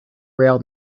rail